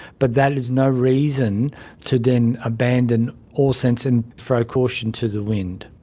but that is no reason to then abandon all sense and throw caution to the wind.